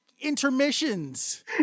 intermissions